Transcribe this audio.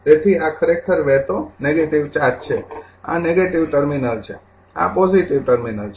તેથી આ ખરેખર વહેતો નેગેટિવ ચાર્જ છે આ નેગેટિવ ટર્મિનલ છે આ પોજિટિવ ટર્મિનલ છે